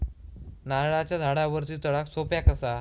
नारळाच्या झाडावरती चडाक सोप्या कसा?